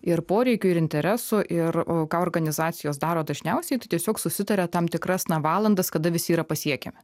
ir poreikių ir interesų ir o ką organizacijos daro dažniausiai tai tiesiog susitaria tam tikras na valandas kada visi yra pasiekiami